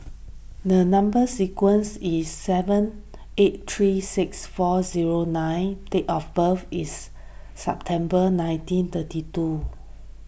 the Number Sequence is seven eight three six four zero nine date of birth is September nineteen thirty two